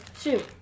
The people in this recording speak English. Shoot